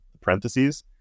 parentheses